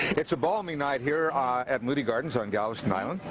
it's a balmy night here at moody gardens on galveston island.